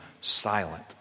silent